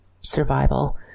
survival